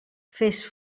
fes